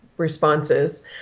responses